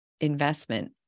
investment